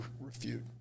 refute